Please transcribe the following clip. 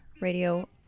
radio